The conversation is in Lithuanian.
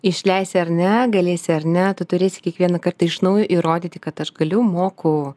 išleisi ar ne galėsi ar ne tu turėsi kiekvieną kartą iš naujo įrodyti kad aš galiu moku